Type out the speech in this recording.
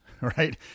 right